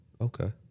Okay